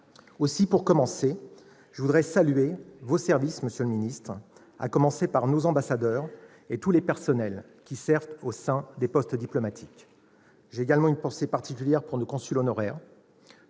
Aussi voudrais-je commencer par saluer vos services, monsieur le ministre, en premier lieu nos ambassadeurs et tous les personnels qui servent au sein des postes diplomatiques. J'ai également une pensée particulière pour nos consuls honoraires.